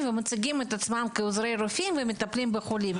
ומציגים את עצמם כעוזרי רופאים ומטפלים בחולים.